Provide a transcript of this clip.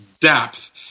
depth